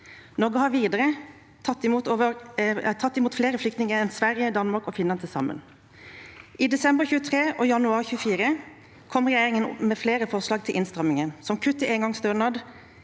videre tatt imot flere flyktninger enn Sverige, Danmark og Finland til sammen. I desember 2023 og januar 2024 kom regjeringen med flere forslag til innstramminger, som kutt i en gangsstønad